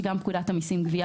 שגם פקודת המסים (גבייה),